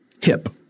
hip